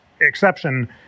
exception